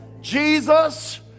Jesus